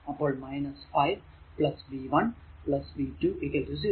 അപ്പോൾ 5 v 1 v 2 0